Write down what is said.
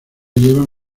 llevan